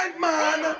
man